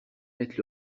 mette